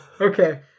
Okay